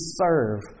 serve